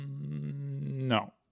No